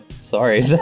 sorry